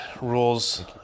rules